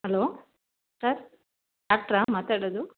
hello sir ಡಾಕ್ಟ್ರಾ ಮಾತಾಡೋದು